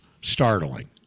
startling